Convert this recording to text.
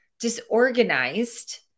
disorganized